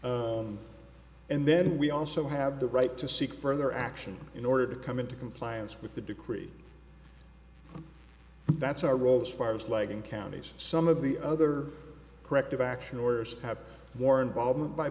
e and then we also have the right to seek further action in order to come into compliance with the decree that's our role as far as legging counties some of the other corrective action orders have more involvement by